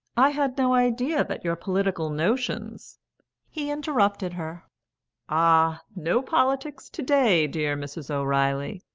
i had no idea that your political notions he interrupted her ah! no politics to-day, dear mrs. o'reilly.